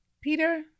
Peter